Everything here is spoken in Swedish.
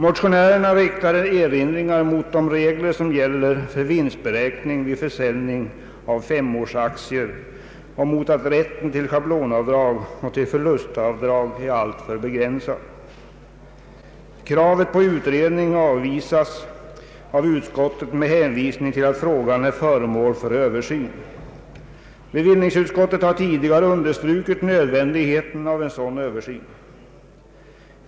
Motionärerna riktar erinringar mot de regler som gäller för vinstberäkning vid försäljning av femårsaktier och mot att rätten till schablonavdrag och till förlustavdrag är alltför begränsad. Kravet på utredning avvisas av utskottet med hänvisning till att frågan är föremål för översyn. Bevillningsutskottet har tidigare understrukit nödvändigheten av en sådan översyn.